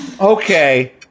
Okay